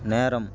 நேரம்